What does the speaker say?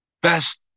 best